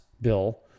bill